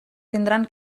tindran